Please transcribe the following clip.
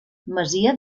masia